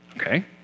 Okay